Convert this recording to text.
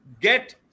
get